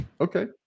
Okay